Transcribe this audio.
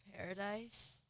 Paradise